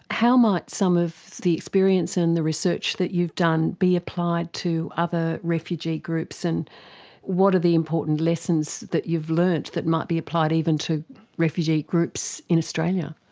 how might some of the experience and the research that you've done be applied to other refugee groups, and what are the important lessons that you've learnt that might be applied even to refugee groups in australia?